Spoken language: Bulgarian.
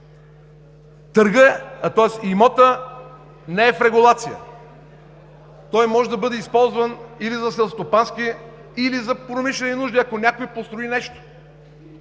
161 хил. лв. Имотът не е в регулация. Той може да бъде използван или за селскостопански, или за промишлени нужди, ако някой построи нещо.